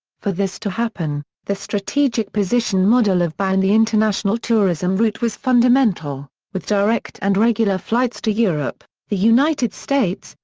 for this to happen, the strategic position model of bahia in the international tourism route was fundamental, with direct and regular flights to europe, the united states,